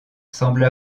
semble